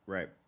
Right